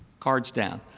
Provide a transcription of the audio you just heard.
cards down.